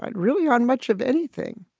but really on much of anything.